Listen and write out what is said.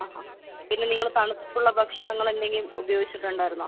അ അ പിന്നെ നിങ്ങൾ തണുപ്പുള്ള ഭക്ഷണങ്ങൾ എന്തെങ്കിലും ഉപയോഗിച്ചിട്ടുണ്ടായിരുന്നോ